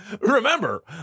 Remember